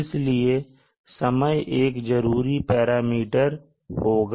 इसलिए समय एक जरूरी पैरामीटर होगा